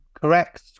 Correct